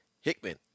Hickman